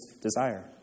desire